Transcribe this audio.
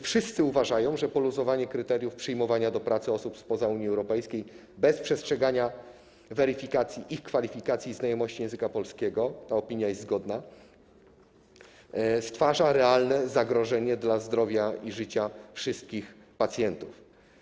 Wszyscy uważają, że poluzowanie kryteriów przyjmowania do pracy osób spoza Unii Europejskiej bez przestrzegania weryfikacji ich kwalifikacji i znajomości języka polskiego - ta opinia jest zgodna - stwarza realne zagrożenie dla zdrowia i życia wszystkich pacjentów.